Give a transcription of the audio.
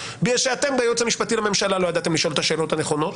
בגלל שאתם בייעוץ המשפטי לממשלה לא ידעתם לשאול את השאלות הנכונות